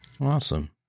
Awesome